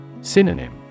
Synonym